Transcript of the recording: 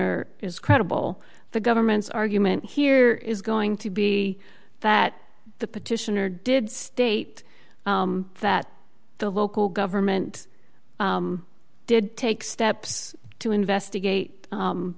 er is credible the government's argument here is going to be that the petitioner did state that the local government did take steps to investigate